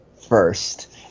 first